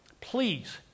Please